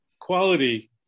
quality